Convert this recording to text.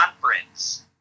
Conference